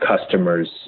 customers